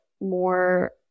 more